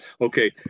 okay